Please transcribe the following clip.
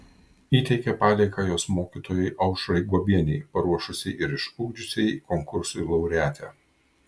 įteikė padėką jos mokytojai aušrai guobienei paruošusiai ir išugdžiusiai konkursui laureatę